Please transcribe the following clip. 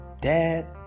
dad